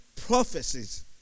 Prophecies